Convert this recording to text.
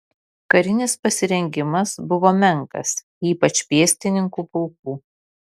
karinis pasirengimas buvo menkas ypač pėstininkų pulkų